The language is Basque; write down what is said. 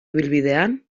ibilbidean